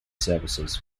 services